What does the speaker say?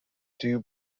due